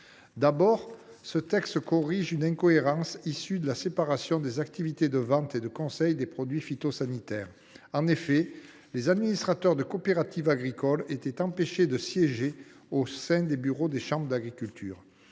voterons. Ce texte corrige une incohérence issue de la séparation des activités de vente et de conseil pour les produits phytosanitaires. En effet, les administrateurs de coopératives agricoles étaient empêchés de siéger au sein des bureaux des chambres d’agriculture.